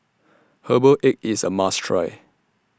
Herbal Egg IS A must Try